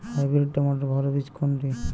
Hybrid টমেটোর ভালো বীজ কোনটি?